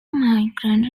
migrant